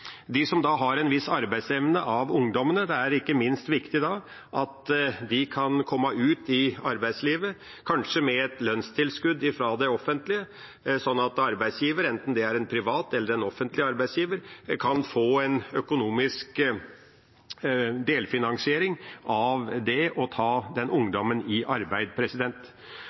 de av ungdommene som har en viss arbeidsevne, er det ikke minst viktig at de kan komme ut i arbeidslivet, kanskje med et lønnstilskudd fra det offentlige, slik at arbeidsgiver, enten det er en privat eller en offentlig arbeidsgiver, kan få en økonomisk delfinansiering ved det å ta den ungdommen i arbeid.